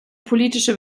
politische